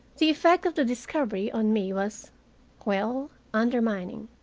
the effect of the discovery on me was well undermining.